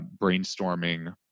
brainstorming